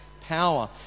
power